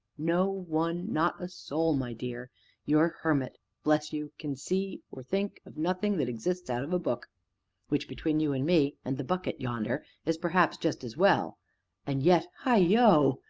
no one not a soul, my dear your hermit, bless you! can see, or think, of nothing that exists out of a book which, between you and me and the bucket yonder, is perhaps just as well and yet heigho!